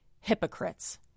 hypocrites